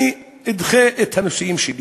אני אדחה את הנישואים שלי